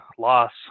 loss